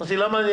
אמרתי לו, למה?